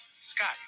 Scott